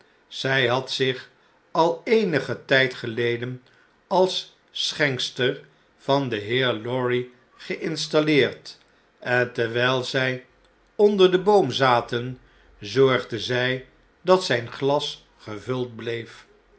zjj had zich al eenigen tjjd geleden als schenkster van den heer lorry geinstalleerd en terwyi zjj onder den boom zaten zorgde zy dat zjjn glas gevuld bleef